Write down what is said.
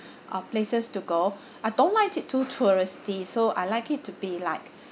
uh places to go I don't like it too touristy so I like it to be like